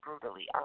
brutally